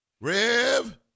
Rev